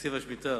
תקציב השמיטה